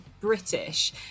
British